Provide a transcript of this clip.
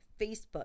Facebook